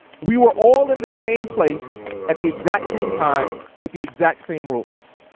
we were all in the same place at the exact same time with the exact same rules.